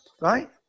Right